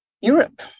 Europe